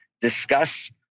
discuss